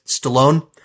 Stallone